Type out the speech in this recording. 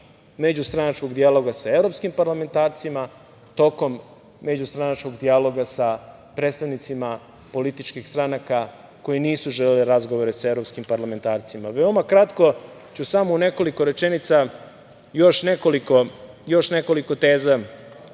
međustranačkog dijaloga sa evropskim parlamentarcima, tokom međustranačkog dijaloga sa predstavnicima političkih stranaka koje nisu želele razgovore sa evropskim parlamentarcima. Veoma kratko ću samo u nekoliko rečenica još nekoliko teza